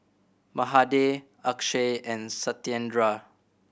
Mahade Akshay and Satyendra